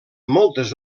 moltes